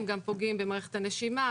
הם גם פוגעים במערכת הנשימה,